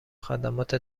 خدمات